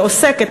שעוסקת,